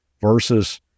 versus